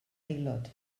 aelod